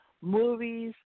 movies